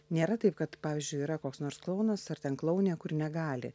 nėra taip kad pavyzdžiui yra koks nors klounas ar ten klounė kur negali